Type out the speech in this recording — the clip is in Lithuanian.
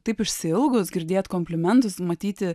taip išsiilgus girdėt komplimentus matyti